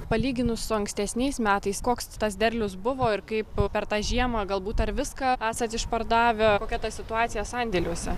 palyginus su ankstesniais metais koks tas derlius buvo ir kaip per tą žiemą galbūt ar viską esat išpardavę kokia ta situacija sandėliuose